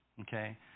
Okay